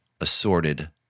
assorted